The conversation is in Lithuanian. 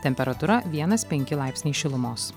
temperatūra vienas penki laipsniai šilumos